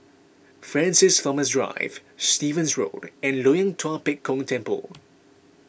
Francis Thomas Drive Stevens Road and Loyang Tua Pek Kong Temple